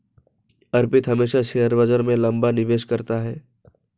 अर्पित हमेशा शेयर बाजार में लंबा निवेश करता है